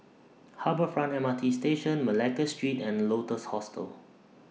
Harbour Front M R T Station Malacca Street and Lotus Hostel